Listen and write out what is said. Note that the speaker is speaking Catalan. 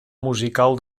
musical